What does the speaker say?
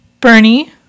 Bernie